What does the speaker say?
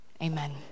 Amen